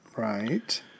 Right